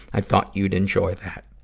i thought you'd enjoy that.